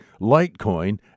Litecoin